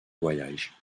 voyage